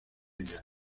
ellas